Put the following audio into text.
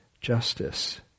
justice